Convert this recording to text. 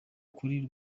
kuri